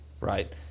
Right